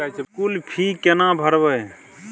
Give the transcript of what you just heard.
School fee केना भरबै?